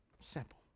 Simple